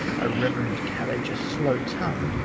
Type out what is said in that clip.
a reverend carriage, a slow tongue,